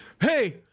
Hey